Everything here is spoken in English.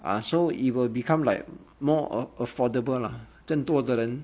ah so it will become like more uh affordable lah 更多的人